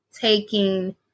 taking